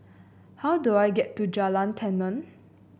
how do I get to Jalan Tenon